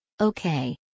Okay